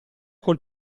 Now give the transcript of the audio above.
col